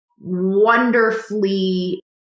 wonderfully